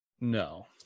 No